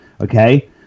Okay